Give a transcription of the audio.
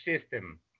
system